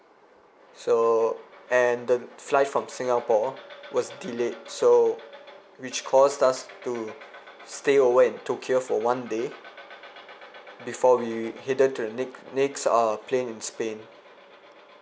so and the flight from singapore was delayed so which caused us to stay over in tokyo for one day before we headed to the next next err plane in spain